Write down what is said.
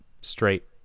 straight